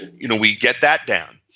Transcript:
you know we get that down.